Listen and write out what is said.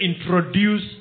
introduce